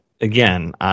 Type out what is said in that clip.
Again